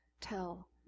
tell